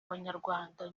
banyarwanda